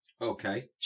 Okay